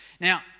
Now